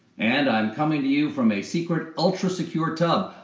and i'm coming to you from a secret ultra-secure tub.